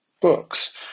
books